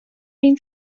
been